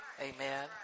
Amen